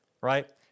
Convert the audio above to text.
right